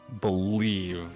believe